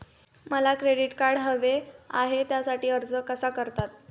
मला credit card हवे आहे त्यासाठी अर्ज कसा करतात?